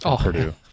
Purdue